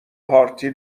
پارتی